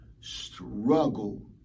struggle